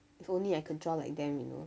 if only I can draw like them you know